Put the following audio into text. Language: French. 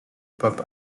pop